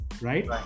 right